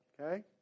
Okay